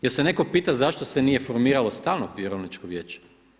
Jer se netko pita zašto se nije formiralo stalno Vjerovničko vijeće?